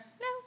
no